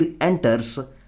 enters